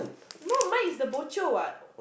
no mine is the bo jio what